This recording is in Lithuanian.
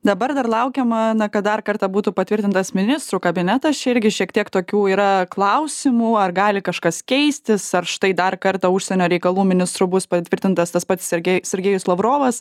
dabar dar laukiama na kad dar kartą būtų patvirtintas ministrų kabinetas čia irgi šiek tiek tokių yra klausimų ar gali kažkas keistis ar štai dar kartą užsienio reikalų ministru bus patvirtintas tas pats sergej sergejus lavrovas